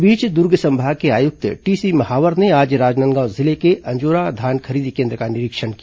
इस बीच दुर्ग के संभाग आयुक्त टीसी महावर ने आज राजनांदगांव जिले के अंजोरा धान खरीदी केन्द्र का निरीक्षण किया